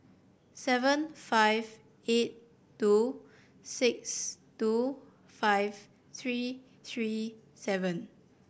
seven five eight two six two five three three seven